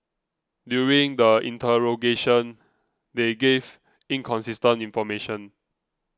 during the interrogation they gave inconsistent information